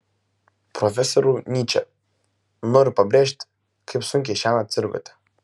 profesoriau nyče noriu pabrėžti kaip sunkiai šiąnakt sirgote